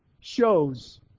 shows